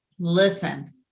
Listen